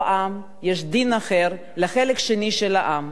ובאותו עם יש דין אחר לחלק השני של העם?